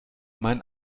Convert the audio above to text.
mein